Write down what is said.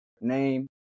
name